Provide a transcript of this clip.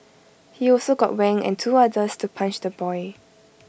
he also got Wang and two others to punch the boy